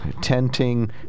Tenting